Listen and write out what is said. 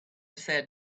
said